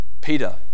Peter